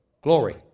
glory